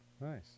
nice